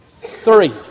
Three